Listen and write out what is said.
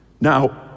Now